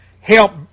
help